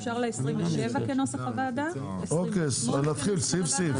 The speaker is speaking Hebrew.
אפשר על 27 כנוסח הוועדה --- נצביע סעיף-סעיף.